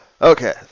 Okay